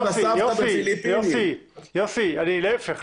יוסי, להפך.